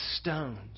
stones